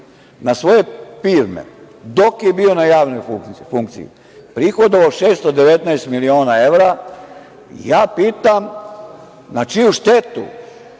na svoje firme dok je bio na javnoj funkciji je prihodovao 619 miliona evra, ja pitam – na čiju štetu